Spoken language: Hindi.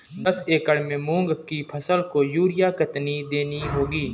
दस एकड़ में मूंग की फसल को यूरिया कितनी देनी होगी?